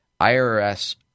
IRS